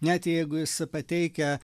net jeigu jis pateikia